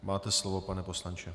Máte slovo, pane poslanče.